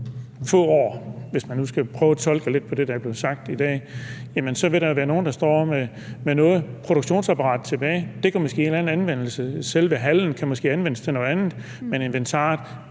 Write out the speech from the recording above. få år, hvis man nu skal prøve at tolke lidt på det, der er blevet sagt i dag. Jamen så vil der være nogle, der står tilbage med et produktionsapparat. Det kan måske have en anden anvendelse, selve hallen kan måske anvendes til noget andet, men hvad